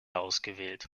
ausgewählt